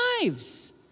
lives